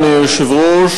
אדוני היושב-ראש,